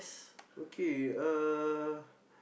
okay uh